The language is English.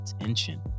attention